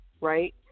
right